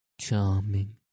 charming